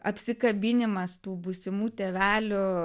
apsikabinimas tų būsimų tėvelių